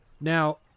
Now